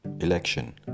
ELECTION